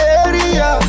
area